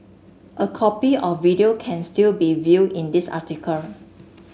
a copy of video can still be viewed in this article